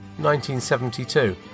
1972